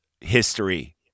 history